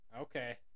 okay